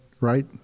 right